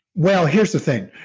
well, here's the thing.